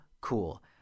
cool